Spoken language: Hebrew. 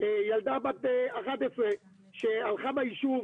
בת 11 שהלכה ביישוב